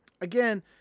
Again